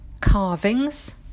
carvings